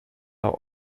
are